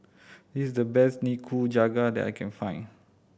this is the best Nikujaga that I can find